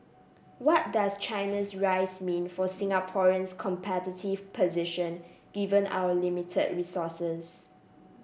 what does China's rise mean for Singapore's competitive position given our limited resources